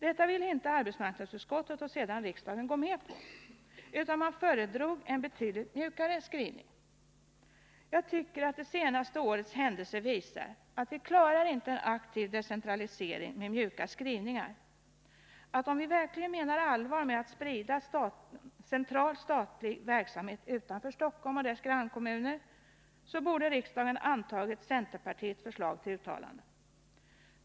Detta ville varken arbetsmarknadsutskottet eller riksdagen gå med på, utan man föredrog en betydligt mjukare skrivning. Jag tycker att det senaste årets händelser visar att vi inte klarar av en aktiv decentralisering med mjuka skrivningar. Om vi verkligen menar allvar med att sprida central statlig verksamhet utanför Stockholm och dess grannkommuner, borde riksdagen ha antagit centerpartiets förslag till uttalande.